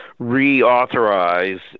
reauthorize